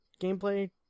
gameplay